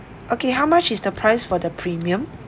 okay how much is the price for the premium